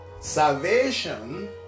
salvation